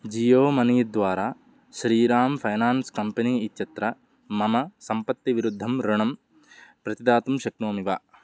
Jio money द्वारा Shriram finance company इत्यत्र मम सम्पत्तिविरुद्धम् ऋणं प्रतिदातुं शक्नोमि वा